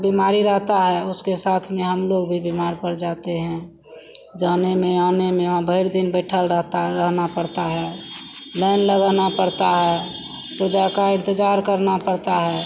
एक बीमारी रहता है उसके साथ में हमलोग भी बीमार पड़ जाते हैं जाने में आने में वहाँ भर दिन बैठे रहता है रहना पड़ता है लाइन लगानी पड़ती है पुर्जा का इन्तज़ार करना पड़ता है